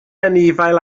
anifail